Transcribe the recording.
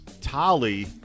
Tali